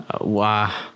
wow